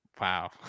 Wow